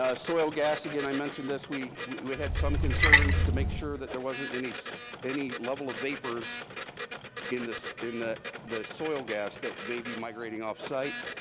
ah soil gas, again, i mentioned this, we we had some concerns, to make sure that there wasn't any so any level of vapors in this, in the the soil gas that may be migrating offsite.